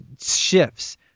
shifts